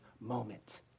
moment